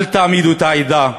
אל תעמידו את העדה